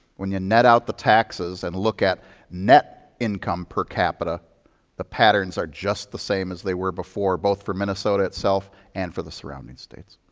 when you and net out the taxes and look at net income per capita the patterns are just the same as they were before, both for minnesota itself and for the surrounding states.